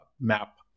map